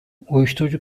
uyuşturucu